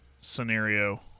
scenario